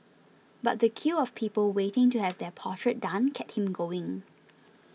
but the queue of people waiting to have their portrait done kept him going